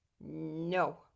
no